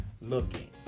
looking